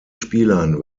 spielern